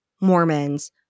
Mormons